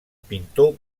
pintor